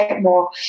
more